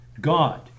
God